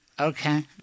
Okay